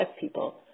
people